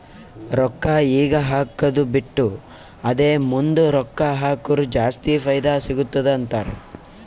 ರೊಕ್ಕಾ ಈಗ ಹಾಕ್ಕದು ಬಿಟ್ಟು ಅದೇ ಮುಂದ್ ರೊಕ್ಕಾ ಹಕುರ್ ಜಾಸ್ತಿ ಫೈದಾ ಸಿಗತ್ತುದ ಅಂತಾರ್